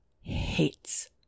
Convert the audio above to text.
hates